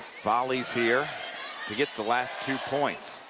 volleys here to get the last two points.